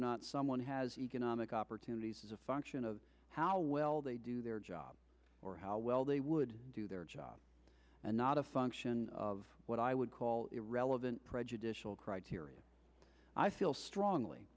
not someone has economic opportunities is a function of how well they do their job or how well they would do their job and not a function of what i would call irrelevant prejudicial criteria i feel strongly